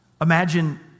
Imagine